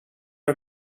are